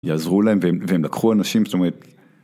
יעזרו להם, והם לקחו אנשים, זאת אומרת...